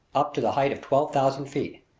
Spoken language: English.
up to the height of twelve thousand feet,